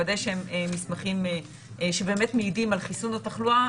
לוודא שהם מסמכים שבאמת מעידים על חיסון או תחלואה,